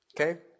Okay